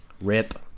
Rip